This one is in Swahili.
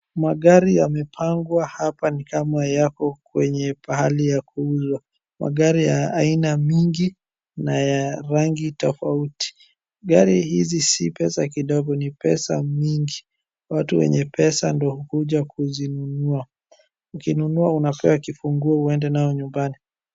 Magari yamepangwa hapa ni kama yako kwenye pahali pa kuuzwa. Magari ya aina mingi na ya rangi tofauti. Gari hizi si pesa kidogo ni pesa mingi. Watu wenye pesa ndo hukuja kuzinunua. Ukinunua unapewa kifunguo uede nayo nyumbani.